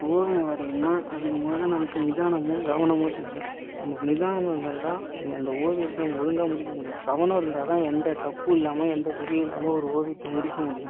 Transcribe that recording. ஓவியம் வரையணும்னால் அதுக்கு முதலில் நமக்கு நிதானமும் கவனமும் தேவை நமக்கு நிதானம் இருந்தால் தான் அந்த ஓவியத்தை நம்ம ஒழுங்காக முடிக்க முடியும் கவனம் இருந்தால் தான் எந்த தப்பும் இல்லாமல் எந்த பிழையும் இல்லாமல் ஒரு ஓவியத்தை முடிக்க முடியும்